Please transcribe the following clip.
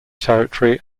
territory